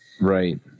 Right